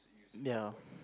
ya